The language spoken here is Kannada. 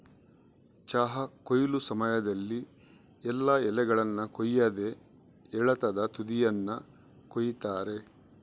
ಚಹಾ ಕೊಯ್ಲು ಸಮಯದಲ್ಲಿ ಎಲ್ಲಾ ಎಲೆಗಳನ್ನ ಕೊಯ್ಯದೆ ಎಳತಾದ ತುದಿಯನ್ನ ಕೊಯಿತಾರೆ